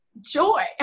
joy